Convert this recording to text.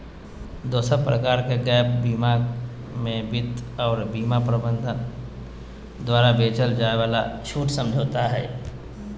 दोसर प्रकार के गैप बीमा मे वित्त आर बीमा प्रबंधक द्वारा बेचल जाय वाला छूट समझौता हय